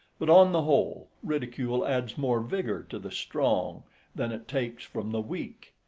but on the whole, ridicule adds more vigour to the strong than it takes from the weak,